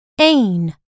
ain